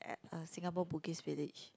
at uh Singapore Bugis-village